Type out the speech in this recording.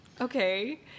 Okay